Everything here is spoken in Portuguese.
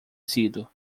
sido